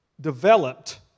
developed